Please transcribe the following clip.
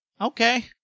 Okay